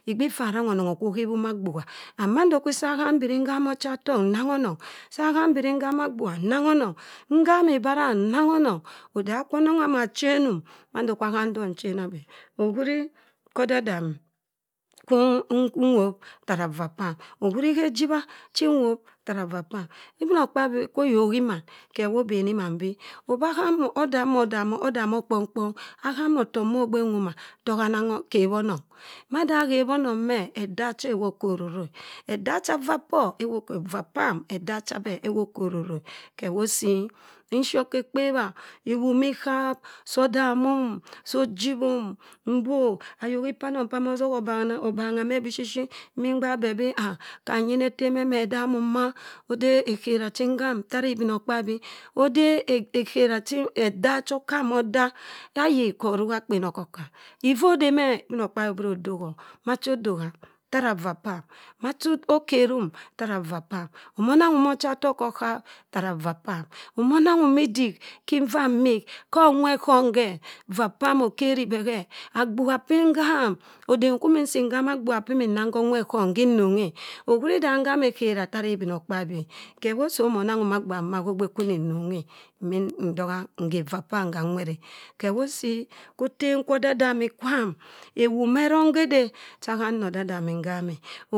Igbi iffa arang ọnọng okwu ohebhim agbugha and mando kwi ham mbri nhama ochatọk nnangha ọnọng. Sa ham bri nhama agbugha, nnanghi ọnọng. Nhami ibarara nnangha ọnọng. Odema kwa anọng ama chenum, mando kwa aham dọk nchena bẹ. Ohuri gha odadami kwu nwop tara vaa pam, ohuri ejibha chi nwop tara vaa pam ibinokpabi kwa ayohiman hẹ wo obeni mann bii ọba, aham, ọdam ọdam ọdamọ kpọng-kpọng aham ofọk ma ogbe nwoma toha nangọ ghebhọnọng. Mada aghebhọnọng mẹh ẹdaa chọ ewọp kho ororo e. Edaa cha vaa pọ ewpo ko, ivaa pam ewop kho ororo e ghewosii, nshọp khe ekpebha, iwu mi ghap so damum, so jibhum, mbok. Ayok ipanọng pa soha abangha mẹ bishishit mii ngbak bẹ bii ah ham yina etem ema edamum maaa ode eghera chi nham tara ibinokpabi, ode eghera chi eda cha okam odah. Ghayen? Kha oruk akpen ọkọka iffa odemẹ ibinokpabi obro odo homacha ado ham tara vaa pam. Machi aker'um tara vaa pam. Omo naanghim ocha tọk kọsap tara vaa pam, omo nanghum idik si iva mmik. Khọ onwet ghọm vaa pam okeri bẹ hẹ. Agbugha pii ngham, odem kwu imi nsi nghaa agbugha pa imin nang khọ onwẹt ghọm hinong e ohuri da nghama ekhera tara ibinokpabi e ghẹ wosi ọmọ nanghum agbugha ha ogbe kwu imin nong e. Imin ntoha nhẹ vaa pam gha nwet e. Ghẹ wo osi kho otem kwo odadami kwam. Ewu mẹrọng ghede cha ham nna odadami nham e.